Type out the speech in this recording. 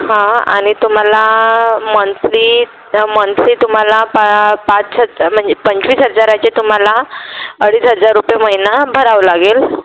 हां आणि तुम्हाला मंथली मंथली तुम्हाला पाच हजार म्हणजे पंचवीस हजाराचे तुम्हाला अडीच हजार रुपये महिना भरावं लागेल